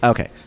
Okay